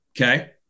Okay